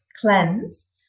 cleanse